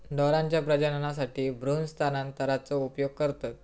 ढोरांच्या प्रजननासाठी भ्रूण स्थानांतरणाचा उपयोग करतत